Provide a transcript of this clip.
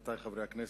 עמיתי חברי הכנסת,